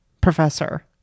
professor